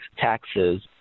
taxes